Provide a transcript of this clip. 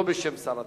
לא בשם שר התקשורת.